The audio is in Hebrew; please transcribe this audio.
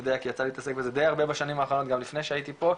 יודע כי יצא לי להתעסק בזה די הרבה בשנים האחרונות גם לפני שהייתי פה,